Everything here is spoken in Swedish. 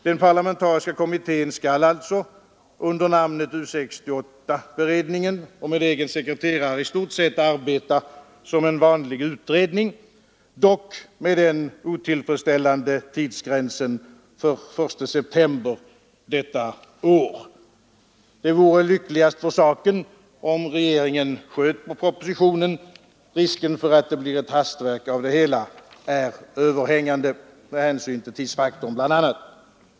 Den parlamentariska kommittén skall alltså, under namnet U 68 beredningen och med egen sekreterare, i stort sett arbeta som en vanlig utredning, dock med den otillfredsställande tidsgränsen 1 september detta år. Det vore lyckligast för saken om regeringen sköt på propositionen. Risken för att det blir ett hastverk av det hela är överhängande med hänsyn till tidsfaktorn bl.a.